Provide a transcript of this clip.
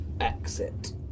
exit